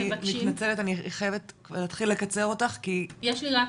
אני מתנצלת להתחיל לקצר אותך כי את אומרת